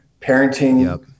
parenting